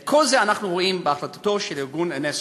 את כל זה אנחנו רואים בהחלטתו של ארגון אונסק"ו.